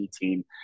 team